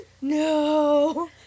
No